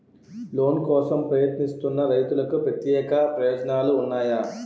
Loan కోసం ప్రయత్నిస్తున్న రైతులకు ప్రత్యేక ప్రయోజనాలు ఉన్నాయా?